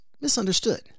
misunderstood